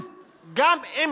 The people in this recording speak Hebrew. גם אם